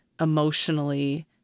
emotionally